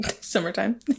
summertime